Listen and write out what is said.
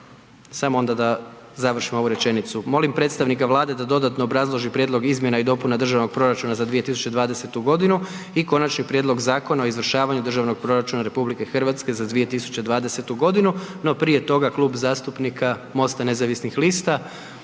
Samo onda da završim ovu rečenicu. Molim predstavnika Vlade da dodatno obrazloži Prijedlog izmjena i dopuna Državnog proračuna za 2020. g. i Konačni prijedlog Zakona o izvršavanju Državnog proračuna RH za 2020. g. No, prije toga, Kluba zastupnika Mosta nezavisnih lista